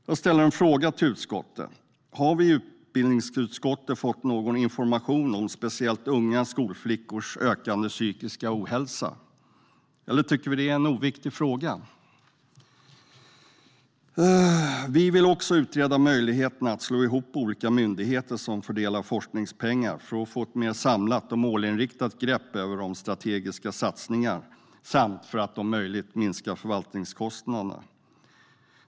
Jag ställer en fråga till utskottets ledamöter: Har vi i utbildningsutskottet fått någon information om speciellt unga skolflickors ökande psykiska ohälsa, eller tycker vi att det är en oviktig fråga? Vi vill också utreda möjligheterna att slå ihop olika myndigheter som fördelar forskningspengar för att få ett mer samlat och målinriktat grepp om de strategiska satsningarna samt för att om möjligt minska förvaltningskostnaderna.